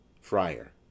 FRIAR